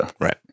Right